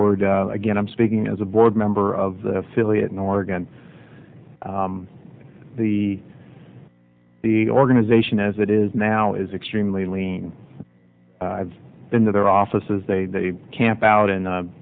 word again i'm speaking as a board member of the affiliate in oregon the the organization as it is now is extremely lean i've been to their offices they camp out in